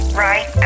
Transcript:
right